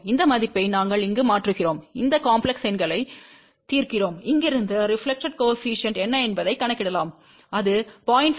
இந்த மதிப்பை நாங்கள் இங்கு மாற்றுகிறோம் இந்த காம்ப்லெஸ் எண்களைத் தீர்க்கிறோம் இங்கிருந்து ரெபிலெக்ஷன் கோஏபிசிஎன்ட் என்ன என்பதைக் கணக்கிடலாம் அது 0